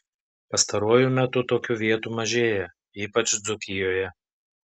pastaruoju metu tokių vietų mažėja ypač dzūkijoje